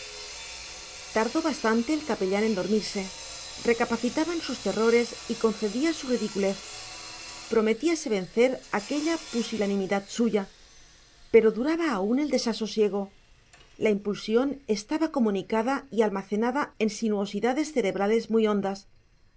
tardó bastante el capellán en dormirse recapacitaba en sus terrores y concedía su ridiculez prometíase vencer aquella pusilanimidad suya pero duraba aún el desasosiego la impulsión estaba comunicada y almacenada en sinuosidades cerebrales muy hondas